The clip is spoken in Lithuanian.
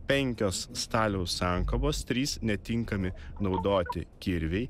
penkios staliaus sankabos trys netinkami naudoti kirviai